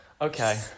Okay